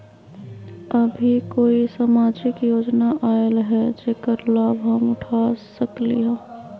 अभी कोई सामाजिक योजना आयल है जेकर लाभ हम उठा सकली ह?